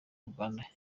rwanda